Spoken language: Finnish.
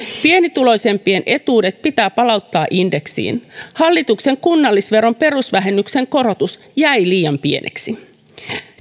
pienituloisimpien etuudet pitää palauttaa indeksiin hallituksen kunnallisveron perusvähennyksen korotus jäi liian pieneksi